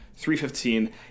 315